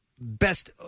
best